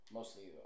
Mostly